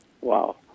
wow